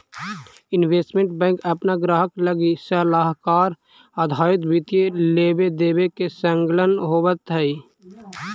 investment bank अपना ग्राहक लगी सलाहकार आधारित वित्तीय लेवे देवे में संलग्न होवऽ हई